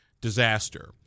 disaster